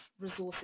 resources